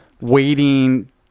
Waiting